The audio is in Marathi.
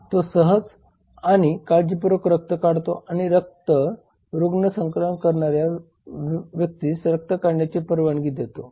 तो सहज आणि काळजीपूर्वक रक्त काढतो आणि रुग्ण रक्त संकलन करणाऱ्या व्यक्तीस रक्त काढण्याची परवानगी देतो